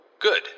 Good